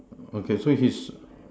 okay so he's